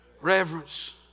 Reverence